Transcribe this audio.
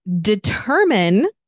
determine